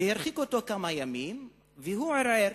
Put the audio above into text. הרחיקו אותו לכמה ימים והוא ערער.